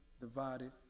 divided